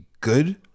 good